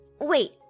Wait